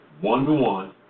one-to-one